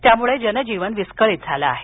त्यामुळे जनजीवन विस्कळीत झाल आहे